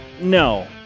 No